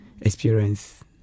experience